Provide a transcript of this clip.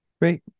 Great